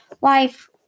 life